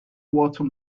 water